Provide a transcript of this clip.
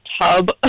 tub